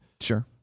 Sure